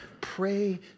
Pray